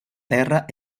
terra